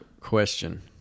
question